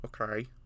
Okay